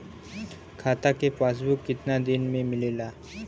खाता के पासबुक कितना दिन में मिलेला?